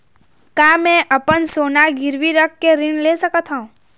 का मैं अपन सोना गिरवी रख के ऋण ले सकत हावे?